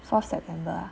fourth september